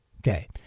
Okay